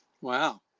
Wow